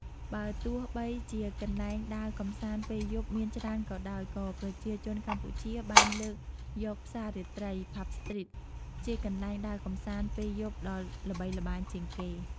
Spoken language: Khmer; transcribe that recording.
បើទោះបីជាកន្លែងដើរកម្សាន្តពេលយប់មានច្រើនក៏ដោយ ក៏ប្រជាជនកម្ពុជាបានលើកយកផ្សាររាត្រី "ផាប់ស្ទ្រីត" (Pub Street) ជាកន្លែងដើរកម្សាន្តពេលយប់ដ៏ល្បីល្បាញជាងគេ។